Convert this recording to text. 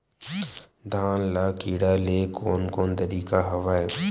धान ल कीड़ा ले के कोन कोन तरीका हवय?